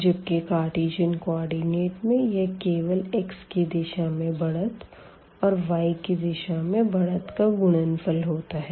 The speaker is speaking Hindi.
जबकि कार्टीजन कोऑर्डिनेट में यह केवल x की दिशा में बढ़त और y की दिशा में बढ़त का गुणनफल होता है